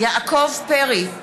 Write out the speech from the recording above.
יעקב פרי,